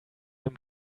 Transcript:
him